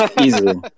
Easily